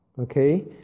Okay